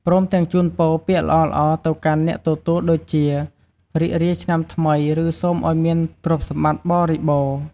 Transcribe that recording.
ព្រមទាំងជូនពរពាក្យល្អៗទៅកាន់អ្នកទទួលដូចជា រីករាយឆ្នាំថ្មីឬ សូមឱ្យមានទ្រព្យសម្បត្តិបរិបូរណ៍។